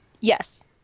Yes